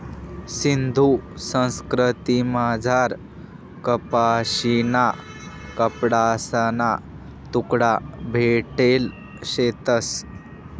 सिंधू संस्कृतीमझार कपाशीना कपडासना तुकडा भेटेल शेतंस